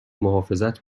محافظت